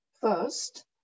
First